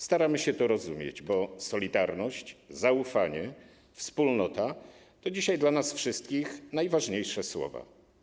Staramy się to rozumieć, bo solidarność, zaufanie, wspólnota to dzisiaj dla nas wszystkich najważniejsze słowa.